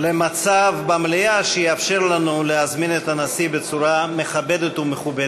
למצב במליאה שיאפשר לנו להזמין את הנשיא בצורה מכבדת ומכובדת.